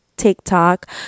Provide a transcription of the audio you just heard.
tiktok